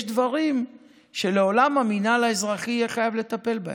יש דברים שלעולם המינהל האזרחי יהיה חייב לטפל בהם: